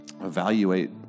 evaluate